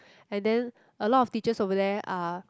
and then a lot of teachers over there are